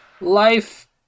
life